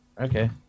Okay